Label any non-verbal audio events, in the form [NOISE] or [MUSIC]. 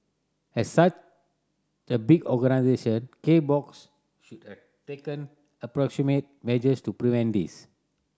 as such a big organisation K Box should have taken [UNINTELLIGIBLE] measures to prevent this